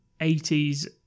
80s